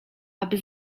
aby